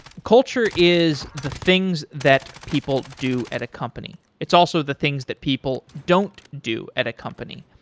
culture is the things that people do at a company. it's also the things that people don't do at a company.